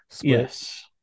Yes